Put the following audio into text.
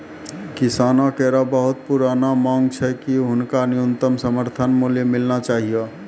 किसानो केरो बहुत पुरानो मांग छै कि हुनका न्यूनतम समर्थन मूल्य मिलना चाहियो